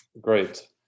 Great